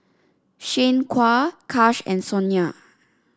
Shanequa Kash and Sonya